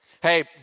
Hey